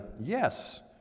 Yes